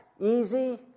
easy